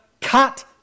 cut